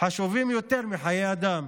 חשובים יותר מחיי אדם?